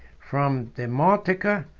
from demotica,